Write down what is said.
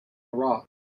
iraq